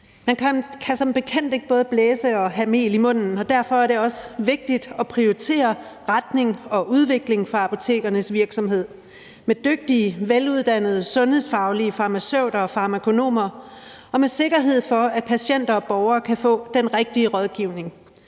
Man kan som bekendt ikke både blæse og have mel i munden, og derfor er det også vigtigt at prioritere retningen og udviklingen for apotekernes virksomhed, så der er dygtige og veluddannede sundhedsfaglige farmaceuter og farmakonomer, og så der er sikkerhed for, at patienter og borgere kan få den rigtige rådgivning.